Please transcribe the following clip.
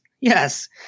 Yes